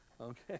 Okay